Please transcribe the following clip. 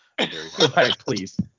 Please